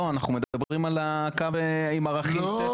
לא, אנחנו מדברים על הקו עם ערכים סיסמיים.